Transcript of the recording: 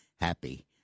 happy